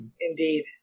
Indeed